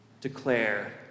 declare